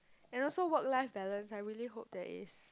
and also work life balance I really hope there is